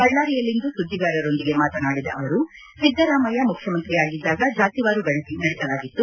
ಬಳ್ಮಾರಿಯಲ್ಲಿಂದು ಸುದ್ದಿಗಾರರೊಂದಿಗೆ ಮಾತನಾಡಿದ ಅವರು ಸಿದ್ದರಾಮಯ್ಯ ಮುಖ್ಯಮಂತ್ರಿಯಾಗಿದ್ದಾಗ ಜಾತಿವಾರು ಗಣತಿ ನಡೆಸಲಾಗಿತ್ತು